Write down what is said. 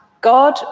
God